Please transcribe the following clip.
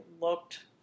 looked